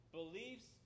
beliefs